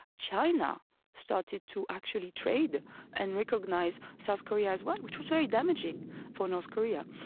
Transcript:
china started to actually trade and recognise south korea as well, which was very damaging for north korea.